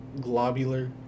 globular